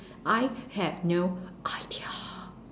I have no idea